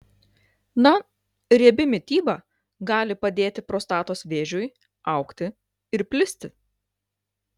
na riebi mityba gali padėti prostatos vėžiui augti ir plisti